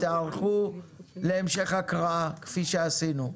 תיערכו להמשך הקראה כפי שעשינו.